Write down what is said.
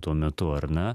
tuo metu ar ne